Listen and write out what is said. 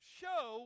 show